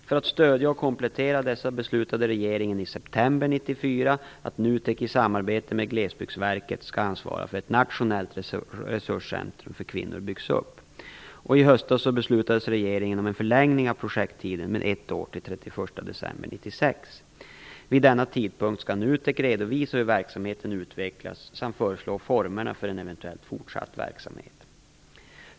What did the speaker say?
För att stödja och komplettera dessa beslutade regeringen i september 1994 att NUTEK i samarbete med Glesbygdsverket skall ansvara för att ett nationellt resurscentrum för kvinnor byggs upp. I höstas beslutade regeringen om en förlängning av projekttiden med ett år till den 31 december 1996. Vid denna tidpunkt skall NUTEK redovisa hur verksamheten utvecklas samt föreslå formerna för en eventuellt fortsatt verksamhet.